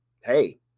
hey